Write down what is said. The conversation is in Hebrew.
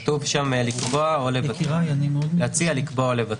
כתוב: להציע, לקבוע או לבטל.